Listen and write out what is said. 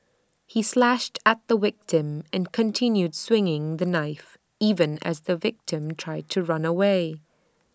he slashed at the victim and continued swinging the knife even as the victim tried to run away